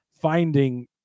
finding